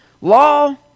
Law